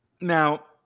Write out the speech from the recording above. Now